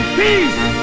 peace